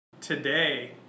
today